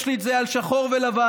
יש לי את זה שחור על גבי לבן,